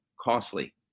costly